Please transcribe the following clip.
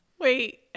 Wait